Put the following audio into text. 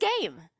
game